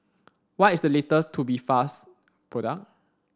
what is the latest Tubifast product